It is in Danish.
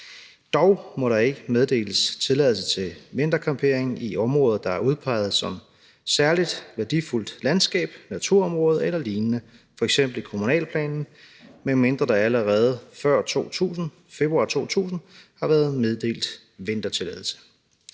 Dog må der ikke meddeles tilladelse til vintercampering i områder, der er udpeget som særlig værdifuldt landskab, naturområde eller lignende, f.eks. i kommunalplanen, med mindre der allerede før februar 2000 har været meddelt vintertilladelse.